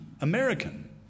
American